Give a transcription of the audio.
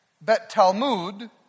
Bet-Talmud